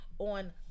on